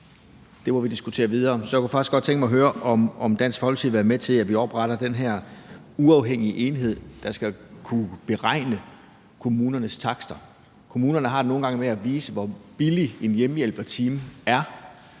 Det må vi diskutere videre. Så kunne jeg godt tænke mig at høre, om Dansk Folkeparti vil være med til, at vi opretter den her uafhængige enhed, der skal kunne beregne kommunernes takster. Kommunerne har det nogle gange med at vise, hvor billig en hjemmehjælpertime er,